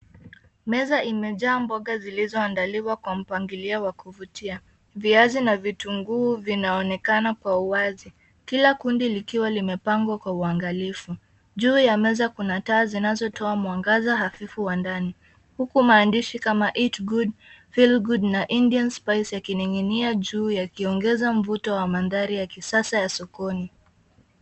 Meza imejaa mboga zilizoandaliwa kwa mpangilio wa kuvutia. Viazi na vitunguu vinaonekana kwa uwazi, kila kundi likiwa limepangwa kwa uangalifu. Juu ya meza, kuna taa zinazotoa mwangaza hafifu wa ndani huku maandishi kama eat good feel good na Indian spices yakining'inia juu yakiongeza mvuto wa mandhari ya kisasa ya sokoni.